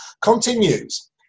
continues